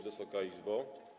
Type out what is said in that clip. Wysoka Izbo!